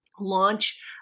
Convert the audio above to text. launch